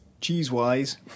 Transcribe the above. cheese-wise